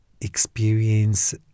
experience